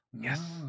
Yes